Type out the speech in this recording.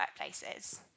workplaces